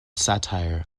satire